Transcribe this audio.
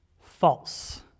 False